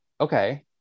okay